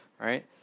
right